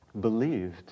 believed